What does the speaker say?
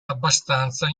abbastanza